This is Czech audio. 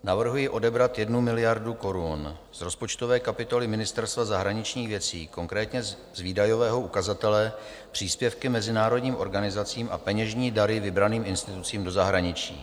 V prvním z nich, 1311, navrhuji odebrat jednu miliardu korun z kapitoly Ministerstva zahraničních věcí, konkrétně z výdajového ukazatele příspěvky mezinárodním organizacím a peněžní dary vybraným institucím do zahraničí.